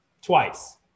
twice